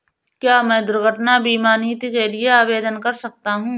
क्या मैं दुर्घटना बीमा नीति के लिए आवेदन कर सकता हूँ?